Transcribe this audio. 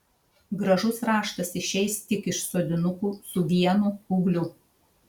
gražus raštas išeis tik iš sodinukų su vienu ūgliu